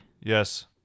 Yes